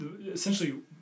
essentially